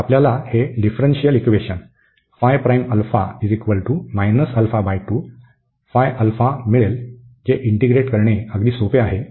तर आपल्याला हे डिफ्रन्शीयल इक्वेशन मिळेल जे इंटीग्रेट करणे अगदी सोपे आहे